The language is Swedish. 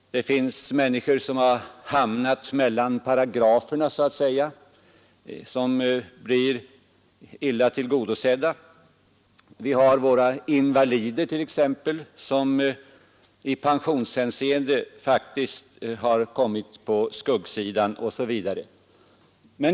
Det finns människor som har hamnat mellan paragraferna så att säga och som blir illa tillgodosedda. Vi har våra invalider, t.ex., som i pensionshänseende faktiskt har kommit på skuggsidan osv.